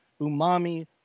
umami